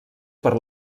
per